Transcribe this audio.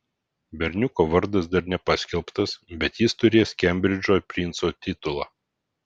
berniuko vardas dar nepaskelbtas bet jis turės kembridžo princo titulą